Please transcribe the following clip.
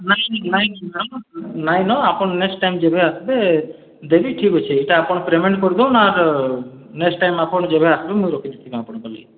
ନାଇଁ ନାଇଁ ନାଇଁ ନ ଆପଣ ନେକ୍ସଟ୍ ଟାଇମ୍ ଯେବେ ଆସ୍ବେ ଦେବି ଠିକ୍ ଅଛେ ଇ'ଟା ଆପଣ୍ ପ୍ୟାମେଣ୍ଟ୍ କରିଦେଉନ୍ ନେକ୍ସଟ୍ ଟାଇମ୍ ଆପଣ୍ ଯେବେ ଆସ୍ବେ ମୁଇଁ ରଖିଦେଇଥିବି ନ ଆପଣଙ୍କର୍ ଲାଗି